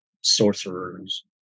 sorcerers